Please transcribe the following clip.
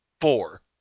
four